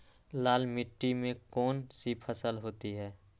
लाल मिट्टी में कौन सी फसल होती हैं?